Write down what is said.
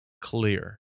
clear